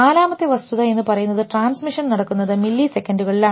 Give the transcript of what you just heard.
നാലാമത്തെ വസ്തുത എന്ന് പറയുന്നത് ട്രാൻസ്മിഷൻ നടക്കുന്നത് മില്ലി സെക്കൻഡുകളിലാണ്